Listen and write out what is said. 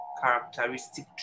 characteristic